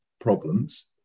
problems